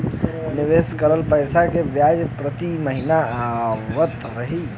निवेश करल पैसा के ब्याज प्रति महीना आवत रही?